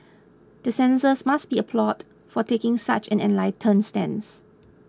the censors must be applauded for taking such an enlightened stance